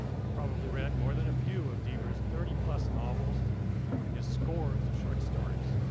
you've probably read more than a few of deaver's thirty plus novels and his scores of short stories.